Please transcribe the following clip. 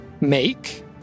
make